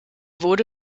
wurde